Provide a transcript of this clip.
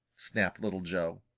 snapped little joe.